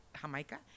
Jamaica